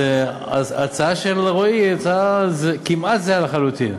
ההצעה של רועי היא הצעה כמעט זהה לחלוטין.